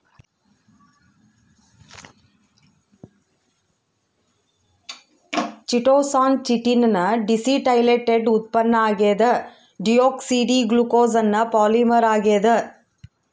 chitosan chitin ನ deacetylated ಉತ್ಪನ್ನ ಆಗ್ಯದ ಡಿಯೋಕ್ಸಿ ಡಿ ಗ್ಲೂಕೋಸ್ನ ಪಾಲಿಮರ್ ಆಗ್ಯಾದ